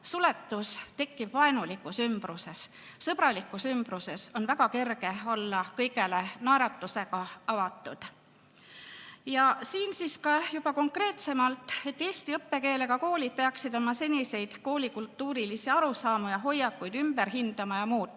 Suletus tekkib vaenulikus ümbruses. Sõbralikus ümbruses on väga kerge olla kõigele naeratusega avatud. Ja siin ka juba konkreetsemalt, et eesti õppekeelega koolid peaksid oma seniseid kooli kultuurilisi arusaamu ja hoiakuid ümber hindama ja muutma.